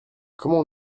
comment